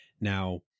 Now